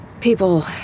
People